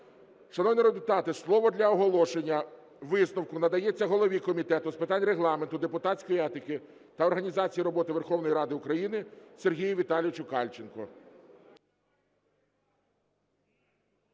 народні депутати, слово для оголошення висновку надається голові Комітету з питань Регламенту, депутатської етики та організації роботи Верховної Ради України Сергію Віталійовичу Кальченку.